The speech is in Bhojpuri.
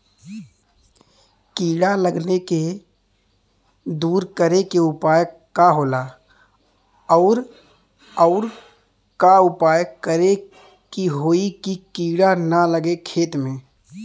कीड़ा लगले के दूर करे के उपाय का होला और और का उपाय करें कि होयी की कीड़ा न लगे खेत मे?